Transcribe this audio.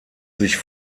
sich